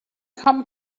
come